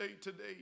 today